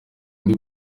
ndi